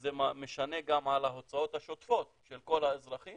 וזה משנה גם בהוצאות השוטפות של כל האזרחים